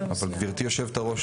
אבל גברתי היושבת-ראש,